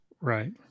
Right